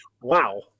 Wow